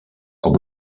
com